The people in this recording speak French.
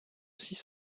six